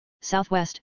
Southwest